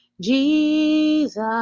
Jesus